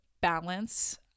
balance